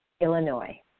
Illinois